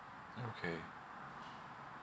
okay